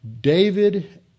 David